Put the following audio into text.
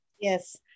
Yes